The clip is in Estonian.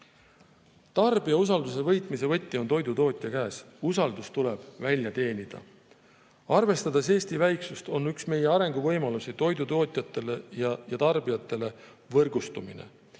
Tarbija usalduse võitmise võti on toidutootja käes, usaldus tuleb välja teenida. Arvestades Eesti väiksust, on üks arenguvõimalusi toidutootjate ja ‑tarbijate võrgustumine.